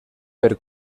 per